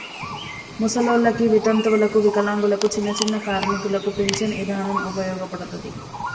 ముసలోల్లకి, వితంతువులకు, వికలాంగులకు, చిన్నచిన్న కార్మికులకు పించను ఇదానం ఉపయోగపడతది